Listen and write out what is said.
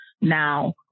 now